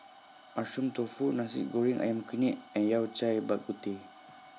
Mushroom Tofu Nasi Goreng Ayam Kunyit and Yao Cai Bak Kut Teh